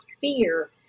fear